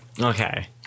Okay